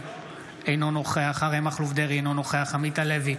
אינו נוכח אריה מכלוף דרעי, אינו נוכח עמית הלוי,